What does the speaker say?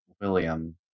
William